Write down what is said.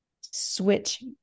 switch